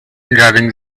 driving